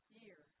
year